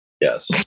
yes